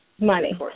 money